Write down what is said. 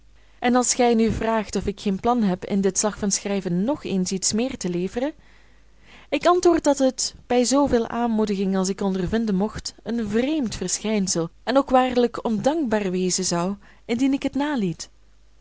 en als gij nu vraagt of ik geen plan heb in dit slag van schrijven nog eens iets meer te leveren ik antwoord dat het bij zooveel aanmoediging als ik ondervinden mocht een vreemd verschijnsel en ook waarlijk ondankbaar wezen zou indien ik het naliet